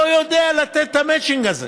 לא יודע לתת את המצ'ינג הזה.